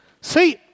See